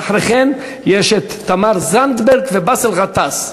אחרי כן, תמר זנדברג ובאסל גטאס.